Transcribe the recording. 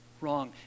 wrong